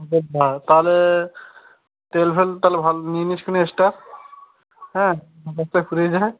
অযোধ্যা তাহলে তেল ফেল তাহলে ভালো নিয়ে নিস খনে বেশটা হ্যাঁ যাতে ফুরিয়ে না যায়